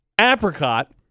apricot